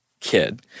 kid